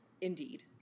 Indeed